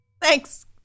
Thanks